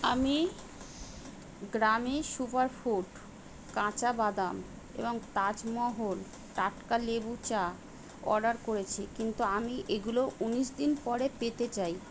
আমি গ্রামি সুপারফুড কাঁচা বাদাম এবং তাজ মহল টাটকা লেবু চা অর্ডার করেছি কিন্তু আমি এগুলো উনিশ দিন পরে পেতে চাই